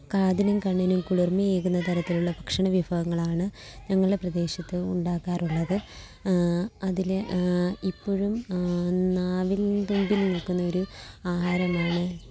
കാതിനും കണ്ണിനും കുളിര്മയേകുന്ന തരത്തിലുള്ള ഭക്ഷണവിഭവങ്ങളാണ് ഞങ്ങളുടെ പ്രദേശത്ത് ഉണ്ടാക്കാറുള്ളത് അതിലെ ഇപ്പോഴും നാവിൻതുമ്പില് നിൽക്കുന്ന ഒരു ആഹാരമാണ്